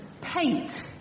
Paint